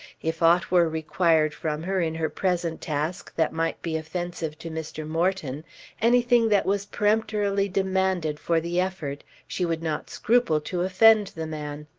if aught were required from her in her present task that might be offensive to mr. morton anything that was peremptorily demanded for the effort she would not scruple to offend the man.